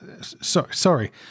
Sorry